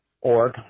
org